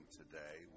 today